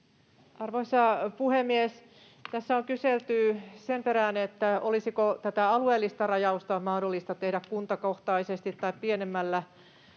Arvoisa puhemies! Tässä on kyselty sen perään, olisiko tätä alueellista rajausta mahdollista tehdä kuntakohtaisesti tai pienemmällä,